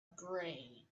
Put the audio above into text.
brain